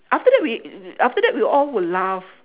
after that we w~ after that we'll all will laugh